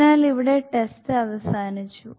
അതിനാൽ ഇവിടെ ടെസ്റ്റ് അവസാനിച്ചു